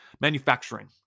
manufacturing